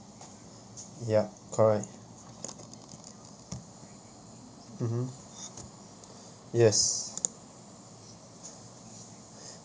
ya correct mmhmm yes